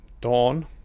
Dawn